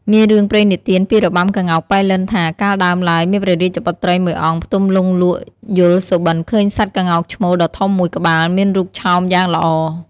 មានរឿងព្រេងនិទានពីរបាំក្ងោកប៉ៃលិនថា កាលដើមឡើយ មានព្រះរាជបុត្រីមួយអង្គផ្ទំលង់លក់ យល់សុបិន្តឃើញសត្វក្ងោកឈ្មោលដ៏ធំមួយក្បាលមានរូបឆោមយ៉ាងល្អ។